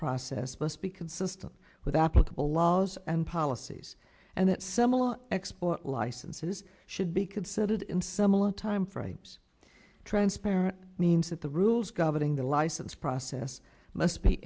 process must be consistent with applicable laws and policies and that similar export licenses should be considered in similar timeframes transparent means that the rules governing the license process must be